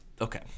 okay